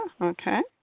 okay